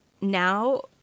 now